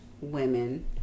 women